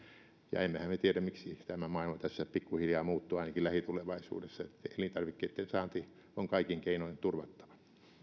emmehän me tiedä miksi tämä maailma tässä pikkuhiljaa muuttuu ainakin lähitulevaisuudessa elintarvikkeitten saanti on kaikin keinoin turvattava